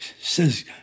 Says